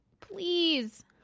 Please